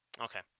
Okay